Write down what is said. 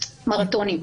מרתונים.